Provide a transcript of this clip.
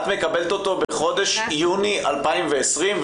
את מקבלת אותו בחודש יוני 2020,